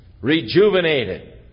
Rejuvenated